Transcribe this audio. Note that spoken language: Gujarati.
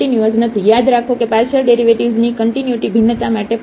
યાદ રાખો કે પાર્શિયલ ડેરિવેટિવ્ઝની કન્ટિન્યુટી ભિન્નતા માટે પૂરતું છે